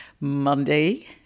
Monday